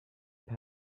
pad